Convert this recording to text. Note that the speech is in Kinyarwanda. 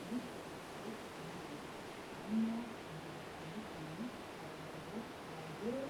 Abitabiriye inama harimo ingeri zitandukanye abagabo, abagore,